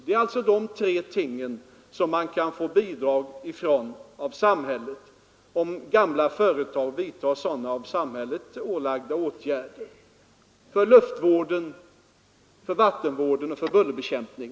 Man kan alltså få bidrag från samhället om gamla företag vidtar av samhället beslutade åtgärder för luftvård, för vattenvård, och för bullerbekämpning.